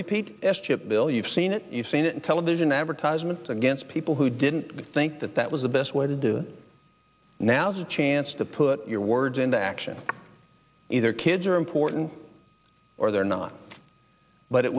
bill you've seen it you've seen it in television advertisements against people who didn't think that that was the best way to do it now's a chance to put your words into action either kids are important or they're not but it